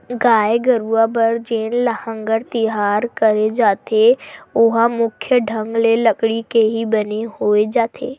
गाय गरुवा बर जेन लांहगर तियार करे जाथे ओहा मुख्य ढंग ले लकड़ी के ही बने होय होथे